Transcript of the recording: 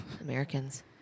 Americans